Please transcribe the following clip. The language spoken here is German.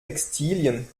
textilien